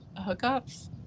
hookups